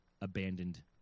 abandoned